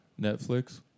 Netflix